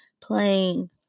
playing